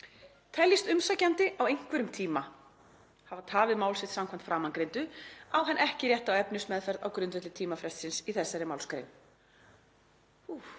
Teljist umsækjandi á einhverjum tíma hafa tafið mál sitt samkvæmt framangreindu á hann ekki rétt á efnismeðferð á grundvelli tímafrestsins í þessari málsgrein.“